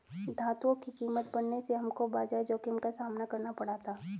धातुओं की कीमत बढ़ने से हमको बाजार जोखिम का सामना करना पड़ा था